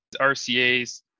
RCAs